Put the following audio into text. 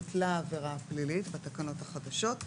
בוטלה העבירה הפלילית בתקנות החדשות,